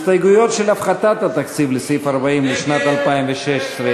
הסתייגויות של הפחתת התקציב לשנת 2016,